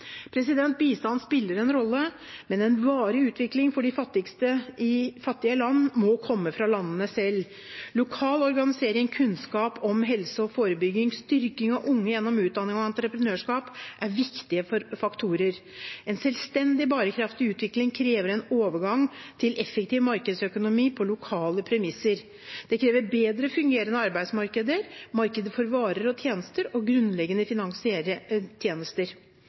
Bistand spiller en rolle, men en varig utvikling for de fattigste i fattige land må komme fra landene selv. Lokal organisering, kunnskap om helse og forebygging og styrking av unge gjennom utdanning og entreprenørskap er viktige faktorer. En selvstendig, bærekraftig utvikling krever en overgang til effektiv markedsøkonomi på lokale premisser. Det krever bedre fungerende arbeidsmarkeder, markeder for varer og tjenester og grunnleggende finansielle tjenester.